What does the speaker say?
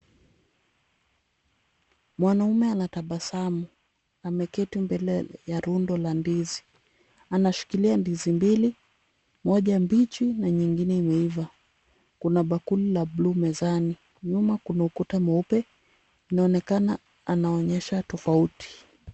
Mwanaume anatabasamu. Ameketi mbele ya rundo la ndizi. Anashikilia ndizi mbili moja mbichi na nyingine imeiva. Kuna bakuli la bluu mezani. Nyuma kuna ukuta mweupe, inaonekana anaonyesha tofauti.